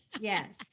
Yes